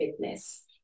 fitness